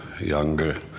younger